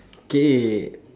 K